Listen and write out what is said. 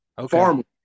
Farm